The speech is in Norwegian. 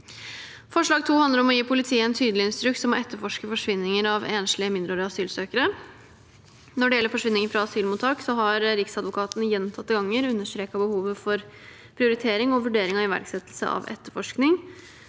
handler om å gi politiet en tydelig instruks om å etterforske forsvinninger av enslige mindreårige asylsøkere. Når det gjelder forsvinninger fra asylmottak, har Riksadvokaten gjentatte ganger understreket behovet for prioritering og vurdering av iverksettelse av etterforskning.